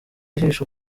ijisho